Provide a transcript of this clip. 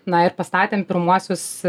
na ir pastatėm pirmuosius